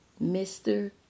Mr